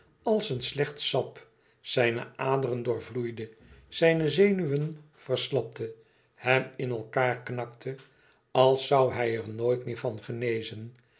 als een slecht sap zijne aderen doorvloeide zijne zenuwen verslapte hem in elkaâr knakte als zoû hij er nooit meer van genezen